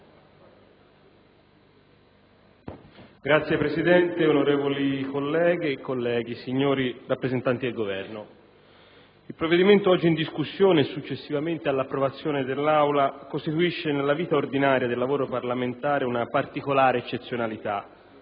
Signor Presidente, onorevoli colleghe e colleghi, signori rappresentanti del Governo, il provvedimento oggi in discussione e successivamente all'approvazione dell'Aula costituisce nella vita ordinaria del lavoro parlamentare una particolare eccezionalità,